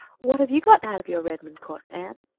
what have you got out of your redmond course, anne?